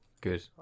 Good